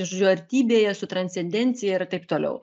žodžiu artybėje su transcendencija ir taip toliau